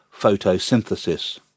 photosynthesis